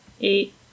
eight